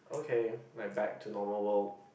okay like back to normal world